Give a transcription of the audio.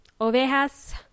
ovejas